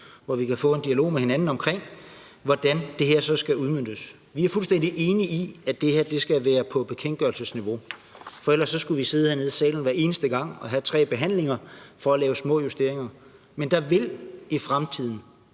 hvor vi kan få en dialog med hinanden om, hvordan det her skal udmøntes. Vi er fuldstændig enige i, at det her skal være på bekendtgørelsesniveau, for ellers skulle vi sidde hernede i salen hver eneste gang og have tre behandlinger for at lave små justeringer. Men der vil i fremtiden